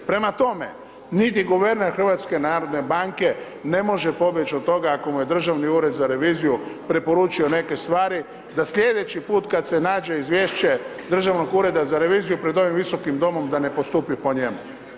Prema tome, niti guverner HNB-a ne može pobjeć od toga ako mu je Državni ured za reviziju preporučio neke stvari da slijedeći put kad se nađe izvješće Državnog ureda za reviziju pred ovim Visokim domom da ne postupi po njemu.